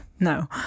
No